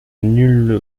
nul